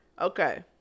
Okay